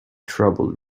trouble